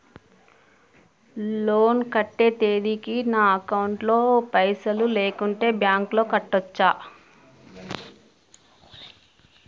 Loan కట్టే తేదీకి నా అకౌంట్ లో పైసలు లేకుంటే బ్యాంకులో కట్టచ్చా?